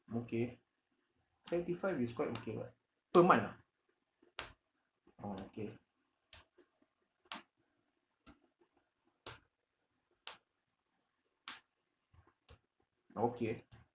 okay twenty-five is quite okay [what] per month ah oh okay okay